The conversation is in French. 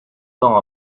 temps